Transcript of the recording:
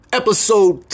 episode